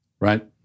right